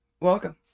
welcome